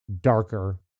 darker